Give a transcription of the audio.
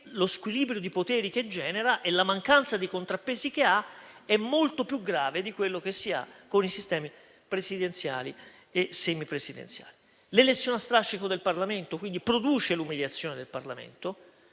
lo squilibrio di poteri che genera e la mancanza di contrappesi che ha sono molto più gravi di quelli dei sistemi presidenziali e semipresidenziali. L'elezione a strascico del Parlamento, quindi, produce l'umiliazione del Parlamento.